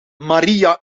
maria